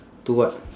to what